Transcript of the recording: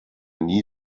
nie